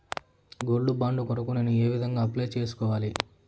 Gold bond కొరకు నేను ఏ విధంగా అప్లై సేసుకోవాలి?